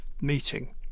Meeting